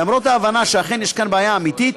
למרות ההבנה שאכן יש כאן בעיה אמיתית,